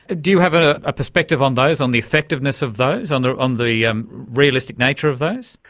ah do you have a perspective on those, on the effectiveness of those, on the and yeah um realistic nature of those?